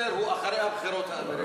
שדצמבר הוא אחרי הבחירות האמריקניות.